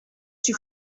suis